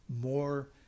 more